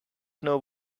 know